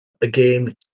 Again